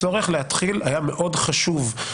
הצורך להתחיל היה מאוד חשוב.